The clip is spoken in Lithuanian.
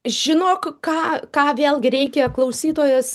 žinok ką ką vėlgi reikia klausytojas